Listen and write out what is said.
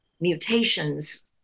mutations